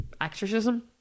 exorcism